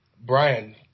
Brian